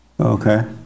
Okay